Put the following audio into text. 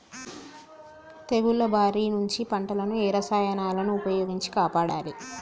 తెగుళ్ల బారి నుంచి పంటలను ఏ రసాయనాలను ఉపయోగించి కాపాడాలి?